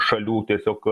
šalių tiesiog